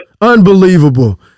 Unbelievable